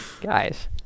Guys